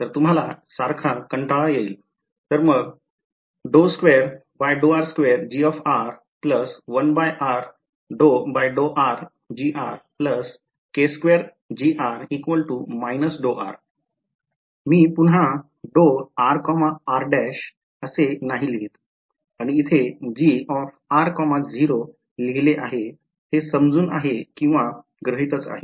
तर तुम्हाला सारखा कंटाळा येईल तर मग मी पुन्हा असे नाही लिहीत आणि इथे लिहिले आहे हे समजून किंवा आहे हे गृहीतच आहे